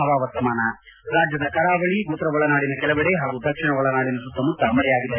ಹವಾವರ್ತಮಾನ ರಾಜ್ಟದ ಕರಾವಳಿ ಉತ್ತರ ಒಳನಾಡಿನ ಕೆಲವೆಡೆ ಹಾಗೂ ದಕ್ಷಿಣ ಒಳನಾಡಿನ ಸುತ್ತಮುತ್ತ ಮಳೆಯಾಗಿದೆ